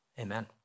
Amen